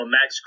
Max